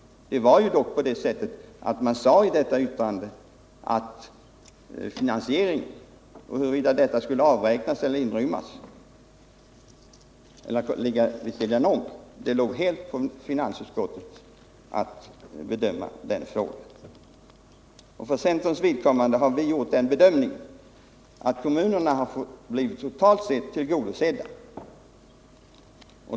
Det var emellertid så att socialutskottet i sitt yttrande sade sig inte kunna bedöma huruvida detta statsbidrag skulle inrymmas i det ordinarie anslaget till kommunerna eller ligga vid sidan om det. Socialutskottet ansåg att det helt ankom på finansutskottet att bedöma den frågan. För centerns vidkommande har vi gjort den bedömningen, att kommunerna totalt sett har blivit väl tillgodosedda.